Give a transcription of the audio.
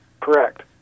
Correct